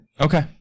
Okay